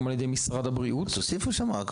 על ידי משרד הבריאות --- אז תוסיפו שם.